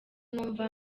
numva